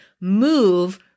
move